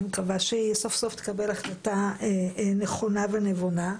אני מקווה שהיא סוף סוף תקבל החלטה נכונה ונבונה.